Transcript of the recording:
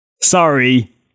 Sorry